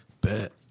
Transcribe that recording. Bet